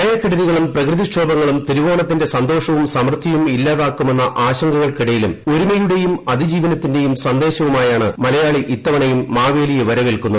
പ്രളയക്കെടുതികളും പ്പെകൃതിക്ഷോഭങ്ങളും തിരുവോണത്തിന്റെ സന്തോഷവും സമൃദ്ധിയും ഇല്ലാതാക്കുമെന്ന ആശങ്കകൾക്കിടയിലും ഒരുമയുടെയും അതിജീവനത്തിന്റെയും സന്ദേശവുമായാണ് മലയാളി ഇത്തവണയും മാവേലിയെ വരവേൽക്കുന്നത്